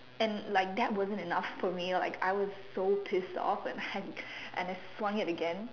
and like that wasn't enough for me like I was so pissed off and I I swung it again